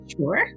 Sure